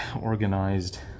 Organized